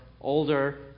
older